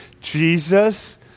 Jesus